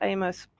Amos